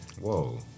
Whoa